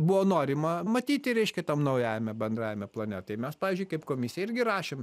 buvo norima matyti reiškia tam naujajame bendrajame plane tai mes pavyzdžiui kaip komisija irgi rašėm